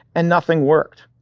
and nothing worked.